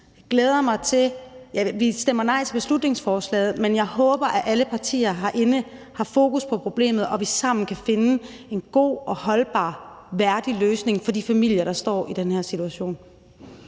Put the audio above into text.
der har det svært nu. Vi stemmer nej til beslutningsforslaget, men jeg håber, at alle partier herinde har fokus på problemet, og at vi sammen kan finde en god, holdbar og værdig løsning for de familier, der står i den her situation.